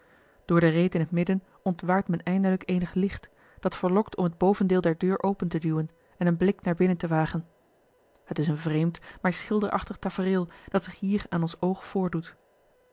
door de reet in het midden ontwaart men eindelijk eenig licht dat verlokt om het bovendeel der deur open te duwen en een blik naar binnen te wagen het is een vreemd maar schilderachtig tafereel dat zich hier aan ons oog voordoet